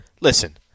Listen